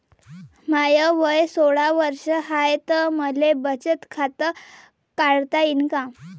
माय वय सोळा वर्ष हाय त मले बचत खात काढता येईन का?